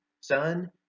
son